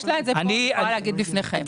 יש לה את זה פה, יכולה להציג.